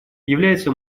является